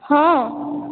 ହଁ